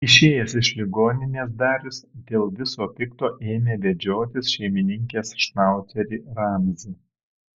išėjęs iš ligoninės darius dėl viso pikto ėmė vedžiotis šeimininkės šnaucerį ramzį